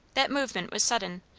that movement was sudden,